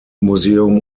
museum